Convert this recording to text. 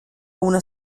una